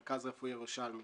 מרכז רפואי ירושלמי